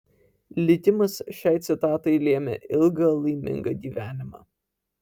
likimas šiai citatai lėmė ilgą laimingą gyvenimą